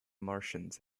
martians